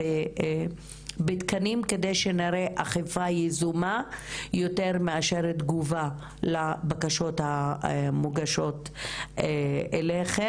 בתקנים כדי שנראה אכיפה יזומה יותר מאשר תגובה לבקשות המוגשות אליכם.